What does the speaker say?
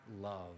love